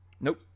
Nope